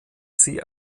sie